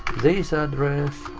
this address,